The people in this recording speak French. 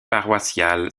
paroissiale